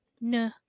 no